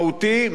מעשי,